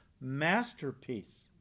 masterpiece